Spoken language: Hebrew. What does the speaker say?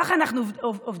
ככה אנחנו עובדים?